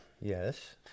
Yes